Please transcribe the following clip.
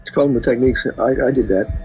problem with techniques. yeah i did that.